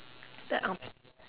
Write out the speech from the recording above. the ang